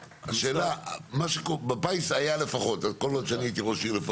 השאלה, בפיס היה לפחות, כל עוד הייתי ראש עיר.